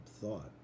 thought